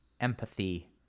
empathy